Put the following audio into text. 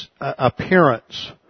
appearance